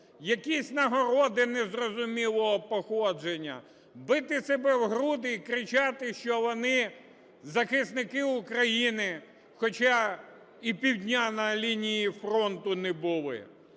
якісь нагороди незрозумілого походження, бити себе в груди і кричати, що вони захисники України, хоча і півдня на лінії фронту не були?